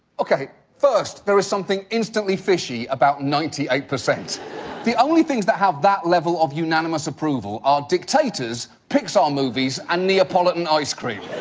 okay, first there is something instantly fishy about ninety eight. the only things that have that level of unanimous approval are dictators, pixar movies, and neapolitan ice cream.